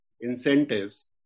incentives